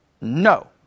No